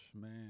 man